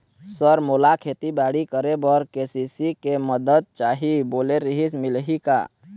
Sir मोला खेतीबाड़ी करेबर के.सी.सी के मंदत चाही बोले रीहिस मिलही का?